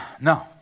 No